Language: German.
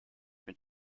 mit